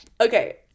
Okay